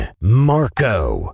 Marco